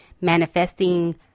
manifesting